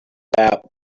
about